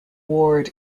ward